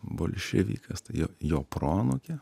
bolševikas tai jo jo proanūkė